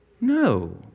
No